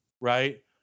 right